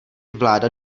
vláda